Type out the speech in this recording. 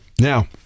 Now